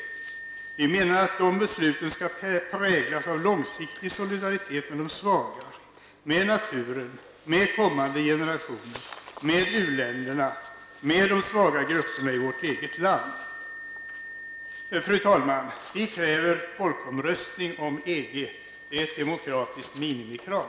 Och vi menar att de besluten skall präglas av långsiktig solidaritet med de svaga: med naturen, med kommande generationer, med u-länderna och med de svaga grupperna i vårt eget land. Fru talman! Vi kräver folkomröstning om EG. Det är ett demokratiskt minimikrav.